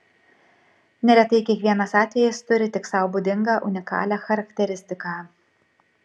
neretai kiekvienas atvejis turi tik sau būdingą unikalią charakteristiką